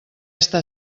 està